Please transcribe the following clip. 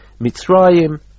Mitzrayim